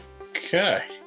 Okay